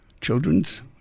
children's